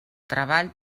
treball